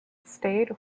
stayed